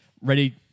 ready